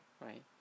right